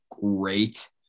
great